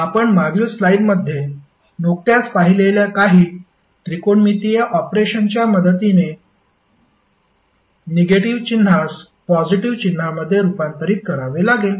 आपण मागील स्लाइडमध्ये नुकत्याच पाहिलेल्या काही त्रिकोणमितीय ऑपरेशनच्या मदतीने निगेटिव्ह चिन्हास पॉजिटीव्ह चिन्हामध्ये रूपांतरित करावे लागेल